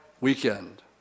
weekend